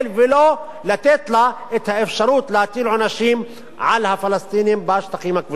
ולא לתת לה את האפשרות להטיל עונשים על הפלסטינים בשטחים הכבושים.